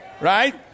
right